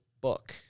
book